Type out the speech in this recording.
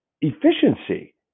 efficiency